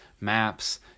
maps